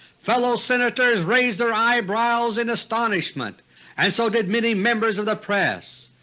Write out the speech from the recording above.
fellow senators raised their eyebrows in astonishment and so did many members of the press,